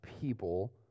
people